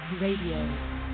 Radio